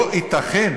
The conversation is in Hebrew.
לא ייתכן